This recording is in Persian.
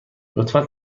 لطفا